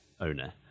owner